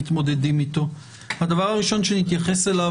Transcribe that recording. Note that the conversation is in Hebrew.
הדבר הראשון שנתייחס אליו,